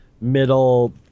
middle